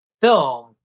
film